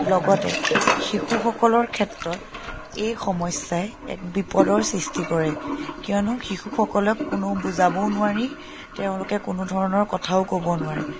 লগতে শিশুসকলৰ ক্ষেত্ৰত এই সমস্যাই এক বিপদৰ সৃষ্টি কৰে কিয়নো শিশুসকলক কোনো বুজাবও নোৱাৰি তেওঁলোকে কোনো ধৰণৰ কথাও ক'ব নোৱাৰে